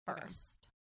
first